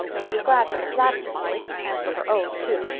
she was glad for miss lavendar's sake and for her own too.